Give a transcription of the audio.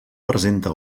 presenta